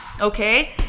Okay